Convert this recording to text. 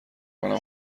کنم